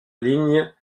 ligne